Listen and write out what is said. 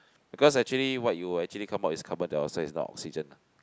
because actually what you'll actually come out is carbon dioxide is not oxygen